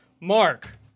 Mark